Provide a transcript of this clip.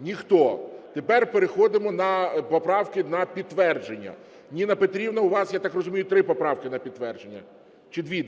Ніхто. Тепер переходимо на поправки на підтвердження. Ніно Петрівно, у вас, я так розумію, три поправки на підтвердження чи дві?